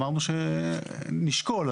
אמרנו שנשקול.